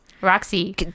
Roxy